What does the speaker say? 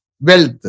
wealth